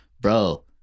bro